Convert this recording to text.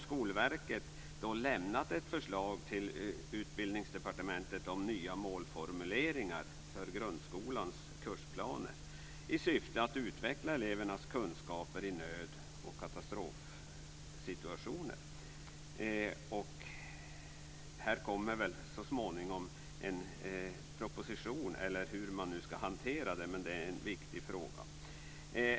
Skolverket har lagt fram ett förslag till Utbildningsdepartementet om nya målformuleringar för grundskolans kursplaner i syfte att utveckla elevernas kunskaper vad gäller nöd och katastrofsituationer. Denna viktiga fråga kommer väl så småningom att behandlas i en proposition eller på annat sätt.